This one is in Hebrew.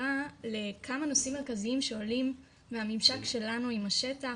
בקצרה לכמה נושאים מרכזיים שעולים מהממשק שלנו עם השטח,